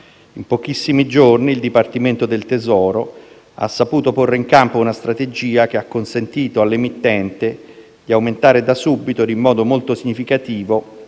In pochissimi giorni, il Dipartimento del tesoro ha saputo porre in campo una strategia che ha consentito all'emittente di aumentare da subito e in modo molto significativo